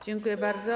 Dziękuję bardzo.